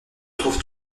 trouves